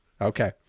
Okay